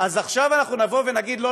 אז עכשיו אנחנו נבוא ונגיד: לא,